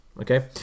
okay